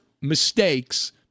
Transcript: mistakes